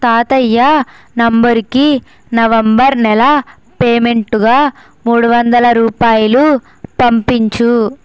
తాతయ్య నంబరుకి నవంబర్ నెల పేమెంటుగా మూడు వందల రూపాయలు పంపించు